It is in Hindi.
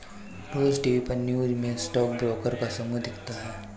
रोज टीवी पर न्यूज़ में स्टॉक ब्रोकर का समूह दिखता है